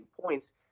points